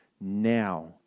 now